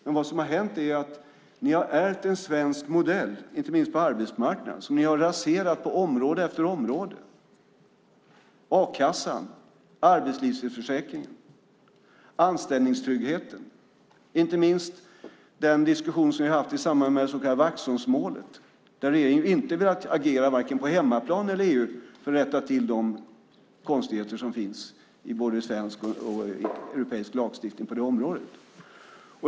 Det som har hänt är att ni har ärvt en svensk modell, inte minst på arbetsmarknaden, som ni har raserat på område efter område: a-kassan, arbetslöshetsförsäkringen, anställningstryggheten. Inte minst gäller det den diskussion som vi har haft i samband med det så kallade Vaxholmsmålet där regeringen inte har velat agera vare sig på hemmaplan eller i EU för att rätta till de konstigheter som finns i både svensk och europeisk lagstiftning på det området.